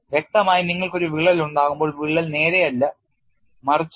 വ്യക്തമായും നിങ്ങൾക്ക് ഒരു വിള്ളൽ ഉണ്ടാകുമ്പോൾ വിള്ളൽ നേരെയല്ല മറിച്ച് ഫൈബറിനൊപ്പം പ്രചരിക്കും